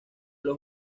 los